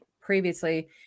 previously